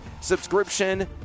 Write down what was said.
subscription